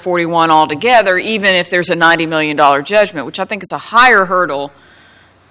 forty one altogether even if there's a ninety million dollars judgment which i think is a higher hurdle